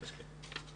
מסכים.